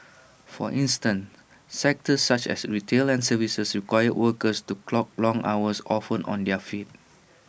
for instance sectors such as retail and services require workers to clock long hours often on their feet